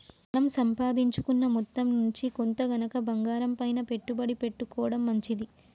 మన సంపాదించుకున్న మొత్తం నుంచి కొంత గనక బంగారంపైన పెట్టుబడి పెట్టుకోడం మంచిది